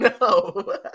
no